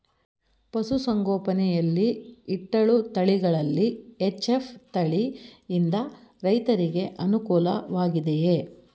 ಪಶು ಸಂಗೋಪನೆ ಯಲ್ಲಿ ಇಟ್ಟಳು ತಳಿಗಳಲ್ಲಿ ಎಚ್.ಎಫ್ ತಳಿ ಯಿಂದ ರೈತರಿಗೆ ಅನುಕೂಲ ವಾಗಿದೆಯೇ?